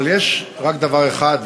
אבל יש רק דבר אחד,